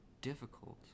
difficult